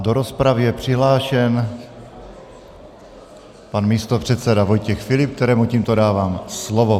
Do rozpravy je přihlášen pan místopředseda Vojtěch Filip, kterému tímto dávám slovo.